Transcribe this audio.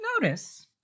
notice